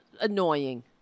Annoying